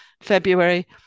February